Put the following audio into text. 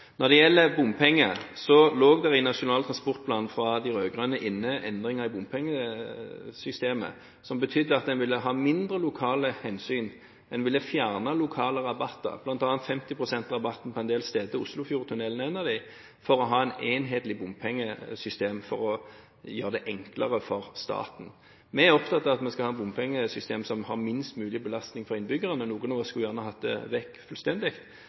Når det gjelder bompenger, lå det i Nasjonal transportplan fra de rød-grønne inne endringer i bompengesystemet som betydde at en ville ta færre lokale hensyn. En ville fjerne lokale rabatter, bl.a. 50 pst.-rabatten på en del steder – Oslofjordtunnelen var en av dem – for å ha et enhetlig bompengesystem som ville gjøre det enklere for staten. Vi er opptatt at vi skal ha et bompengesystem som gir minst mulig belastning for innbyggerne – noen av oss vil gjerne ha det bort fullstendig.